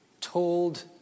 told